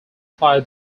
fire